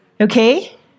okay